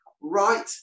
right